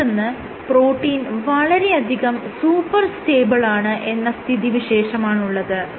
മറ്റൊന്ന് പ്രോട്ടീൻ വളരെയധികം സൂപ്പർ സ്റ്റേബിളാണ് എന്ന സ്ഥിതിവിശേഷമാണുള്ളത്